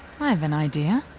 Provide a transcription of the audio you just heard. i have an idea.